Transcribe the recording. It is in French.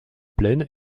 plaine